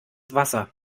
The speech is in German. wasser